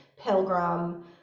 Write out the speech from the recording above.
Pilgrim